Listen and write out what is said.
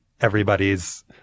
everybody's